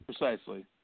precisely